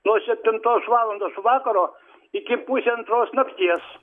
nuo septintos valandos vakaro iki pusė antros nakties